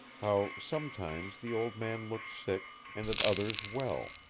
how sometimes the old man looked sick and at others well,